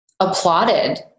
applauded